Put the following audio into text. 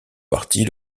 partie